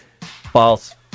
False